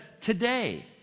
Today